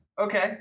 Okay